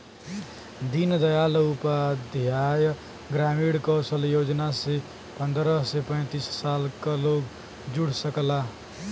दीन दयाल उपाध्याय ग्रामीण कौशल योजना से पंद्रह से पैतींस साल क लोग जुड़ सकला